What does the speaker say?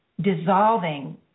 dissolving